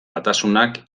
batasunak